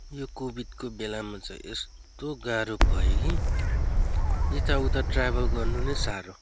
यो कोभिडको बेलामा चाहिँ यस्तो गाह्रो भयो कि यताउता ट्राभल गर्नु नै साह्रो